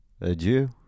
adieu